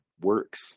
works